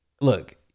look